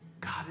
God